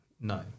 no